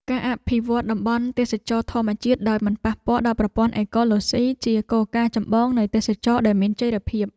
ការអភិវឌ្ឍតំបន់ទេសចរណ៍ធម្មជាតិដោយមិនប៉ះពាល់ដល់ប្រព័ន្ធអេកូឡូស៊ីជាគោលការណ៍ចម្បងនៃទេសចរណ៍ដែលមានចីរភាព។